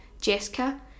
Jessica